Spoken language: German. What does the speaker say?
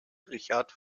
richard